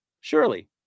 Surely